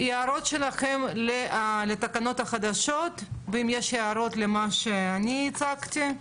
הערות שלכם לתקנות החדשות ואם יש הערות למה שאני הצגתי.